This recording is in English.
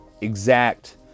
exact